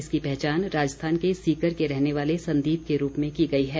इसकी पहचान राजस्थान के सीकर के रहने वाले संदीप के रूप में की गई है